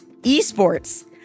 eSports